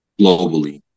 globally